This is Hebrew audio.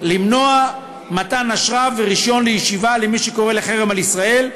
למנוע מתן אשרה ורישיון לישיבה למי שקורא לחרם על ישראל,